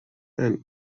and